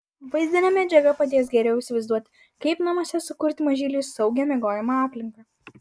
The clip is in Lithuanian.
vaizdinė medžiaga padės geriau įsivaizduoti kaip namuose sukurti mažyliui saugią miegojimo aplinką